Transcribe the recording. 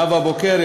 נאוה בוקר,